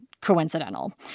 coincidental